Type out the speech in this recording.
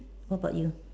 what about you